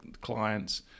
clients